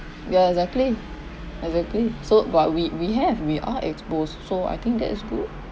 ya exactly exactly so what we we have we are exposed so I think that is good